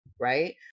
right